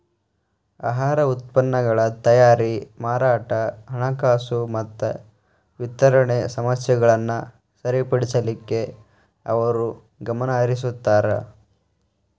ಆಹಾರ ಉತ್ಪನ್ನಗಳ ತಯಾರಿ ಮಾರಾಟ ಹಣಕಾಸು ಮತ್ತ ವಿತರಣೆ ಸಮಸ್ಯೆಗಳನ್ನ ಸರಿಪಡಿಸಲಿಕ್ಕೆ ಅವರು ಗಮನಹರಿಸುತ್ತಾರ